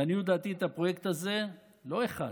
לעניות דעתי, את הפרויקט הזה, לא אחד,